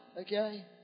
okay